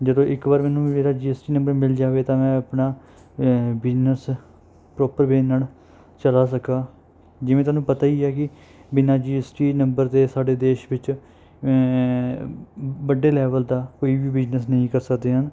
ਜਦੋਂ ਇੱਕ ਵਾਰ ਮੈਨੂੰ ਵੀ ਮੇਰਾ ਜੀ ਐਸ ਟੀ ਨੰਬਰ ਮਿਲ ਜਾਵੇ ਤਾਂ ਮੈਂ ਆਪਣਾ ਬਿਜ਼ਨਸ ਪ੍ਰੋਪਰ ਵੇ ਨਾਲ ਚਲਾ ਸਕਾਂ ਜਿਵੇਂ ਤੁਹਾਨੂੰ ਪਤਾ ਹੀ ਹੈ ਕਿ ਬਿਨਾਂ ਜੀ ਐਸ ਟੀ ਨੰਬਰ ਤੋਂ ਸਾਡੇ ਦੇਸ਼ ਵਿੱਚ ਵੱਡੇ ਲੈਵਲ ਦਾ ਕੋਈ ਵੀ ਬਿਜ਼ਨਸ ਨਹੀਂ ਕਰ ਸਕਦੇ ਹਨ